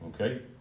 Okay